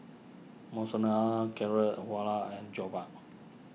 Monsunabe Carrot Halwa and Jokbal